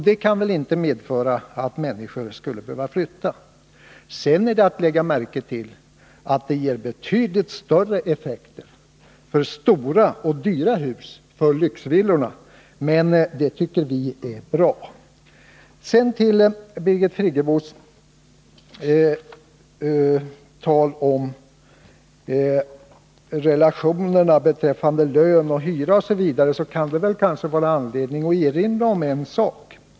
Det kan väl inte medföra att människor måste flytta? Sedan är det att lägga märke till att vpk:s förslag ger betydligt större effekter för stora och dyra hus, för lyxvillorna, men det tycker vi är bra. Birgit Friggebo talade om relationerna mellan lön och hyra. Här finns det kanske anledning att erinra om en sak.